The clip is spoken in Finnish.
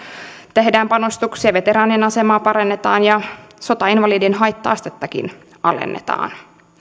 tehdään panostuksia veteraanien asemaa parannetaan ja sotainvalidien haitta astettakin alennetaan